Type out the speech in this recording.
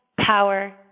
power